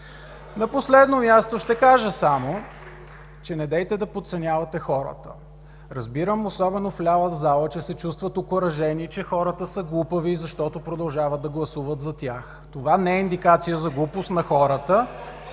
на последно място ще кажа само: недейте да подценявате хората! Разбирам, особено в ляво в залата, че се чувстват окуражени, че хората са глупави, защото продължават да гласуват за тях (шум и реплики от БСП ЛБ). Това не е индикация за глупост на хората